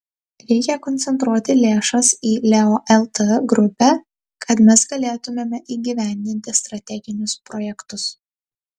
reikia koncentruoti lėšas į leo lt grupę kad mes galėtumėme įgyvendinti strateginius projektus